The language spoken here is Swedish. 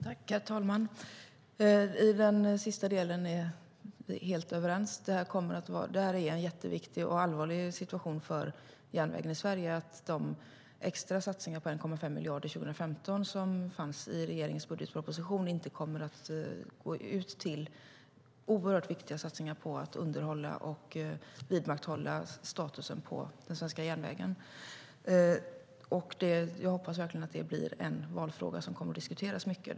Herr talman! I den sista delen är vi helt överens. Det är en jätteviktig och allvarlig situation för järnvägen i Sverige att de extra satsningar på 1,5 miljarder för 2015 som fanns i regeringens budgetproposition inte kommer att gå till oerhört viktiga satsningar på att underhålla och vidmakthålla statusen på den svenska järnvägen. Jag hoppas verkligen att det blir en valfråga som kommer att diskuteras mycket.